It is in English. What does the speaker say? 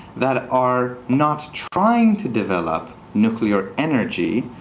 that are not trying to develop nuclear energy,